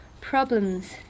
problems